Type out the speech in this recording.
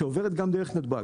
שעוברת דרך נתב"ג.